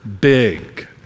big